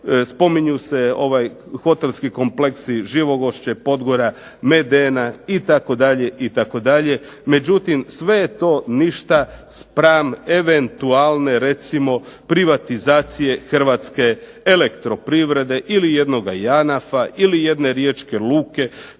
Spominju se hotelski kompleksi "Živogošće", "Podgora", "Medena" itd. Međutim, sve je to ništa spram eventualne privatizacije "HEP-a" ili jednoga "JANAF-a" ili jedne "Riječke luke".